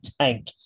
tank